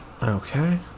Okay